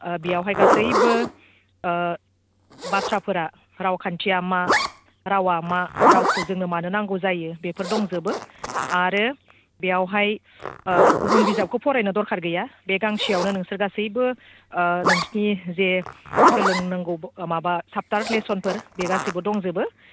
बेयावहाय गासैबो बाथ्राफोरा रावखान्थिया मा रावआ मा रावखौ जोंनो मानो नांगौ जायो बेफोर दंजोबो आरो बेयावहाय गुबुन बिजाबखौ फरायनो दरखार गैया बे गांसेयावनो नोंसोर गासैबो नोंसोरनि जे सोलोंनांगौ माबा चेप्टार लेस'नफोर बे गासैबो दंजोबो